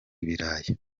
ibirayi